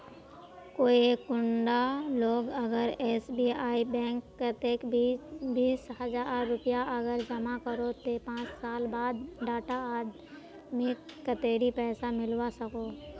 कोई एक कुंडा लोग अगर एस.बी.आई बैंक कतेक बीस हजार रुपया अगर जमा करो ते पाँच साल बाद उडा आदमीक कतेरी पैसा मिलवा सकोहो?